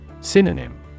Synonym